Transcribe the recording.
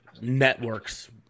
networks